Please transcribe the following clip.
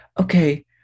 Okay